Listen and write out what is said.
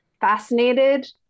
fascinated